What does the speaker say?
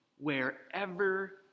wherever